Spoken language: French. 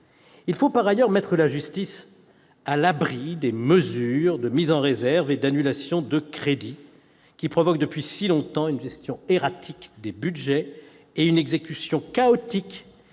Il faut, par ailleurs, mettre la justice à l'abri des mesures de mise en réserve et d'annulation de crédits qui provoquent, depuis si longtemps, une gestion erratique des budgets et une exécution chaotique